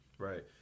Right